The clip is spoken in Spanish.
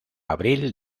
abril